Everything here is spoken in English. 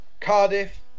Cardiff